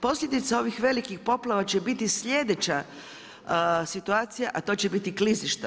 Posljedica ovih velikih poplava će biti slijedeća situacija, a to će biti klizišta.